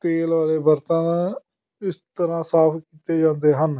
ਤੇਲ ਵਾਲੇ ਬਰਤਨ ਇਸ ਤਰ੍ਹਾਂ ਸਾਫ ਕੀਤੇ ਜਾਂਦੇ ਹਨ